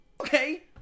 Okay